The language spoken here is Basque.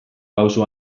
pausu